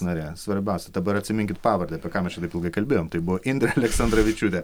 narė svarbiausia dabar atsiminkit pavardę apie ką mes čia taip ilgai kalbėjom tai buvo indrė aleksandravičiūtė